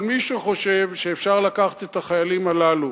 אבל מי שחושב שאפשר לקחת את החיילים הללו